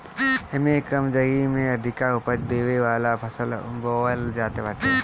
एमे कम जगही में अधिका उपज देवे वाला फसल बोअल जात बाटे